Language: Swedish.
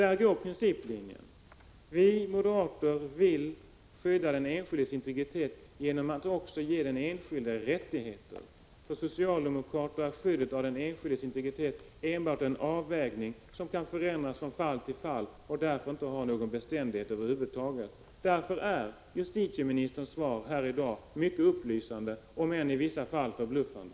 Där går den principiella skiljelinjen. Vi moderater vill skydda den enskildes integritet genom att också ge den enskilde rättigheter. För socialdemokraterna är skyddet för den enskildes integritet beroende av en avvägning. Skyddet kan förändras från fall till fall och har inte någon bestämdhet över huvud taget. Därför är justitieministerns svar här i dag mycket belysande — om än i vissa fall förbluffande.